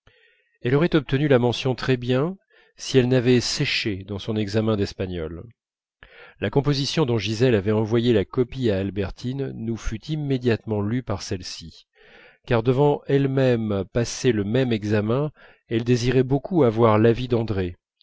elle aurait obtenu la mention très bien si elle n'avait séché dans son examen d'espagnol la composition dont gisèle avait envoyé la copie à albertine nous fut immédiatement lue par celle-ci car devant elle-même passer le même examen elle désirait beaucoup avoir l'avis d'andrée